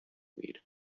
weed